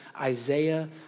Isaiah